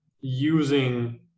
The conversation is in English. using